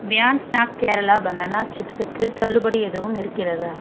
beyond Snack Kerala banana சிப்ஸுக்கு தள்ளுபடி எதுவும் இருக்கிறதா